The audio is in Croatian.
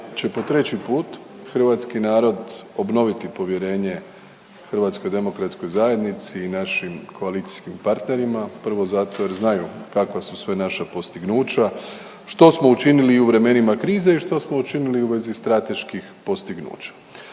će po treći put hrvatski narod obnoviti povjerenje HDZ-u i našim koalicijskim partnerima. Prvo zato jer znaju kakva su sve naša postignuća, što smo učinili i u vremenima krize i što smo učinili u vezi strateških postignuća.